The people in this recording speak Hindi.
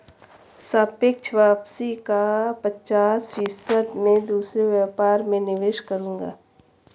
सापेक्ष वापसी का पचास फीसद मैं दूसरे व्यापार में निवेश करूंगा